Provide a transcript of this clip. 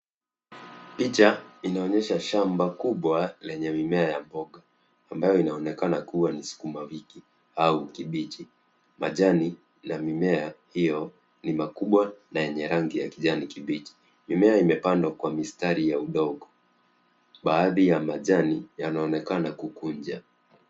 Picha inaonyesha shamba kubwa lenye mimea ya mboga ambayo inaonekana kuwa ni sukuma wiki au kibichi. Majani ya mimea hiyo ni makubwa na yenye rangi ya kijani kibichi. Mimea imepandwa kwa mistari ya udongo. Baadhi ya majani yanaonekana kukunja.